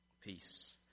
peace